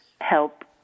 help